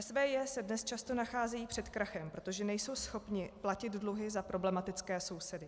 SVJ se dnes často nacházejí před krachem, protože nejsou schopny platit dluhy za problematické sousedy.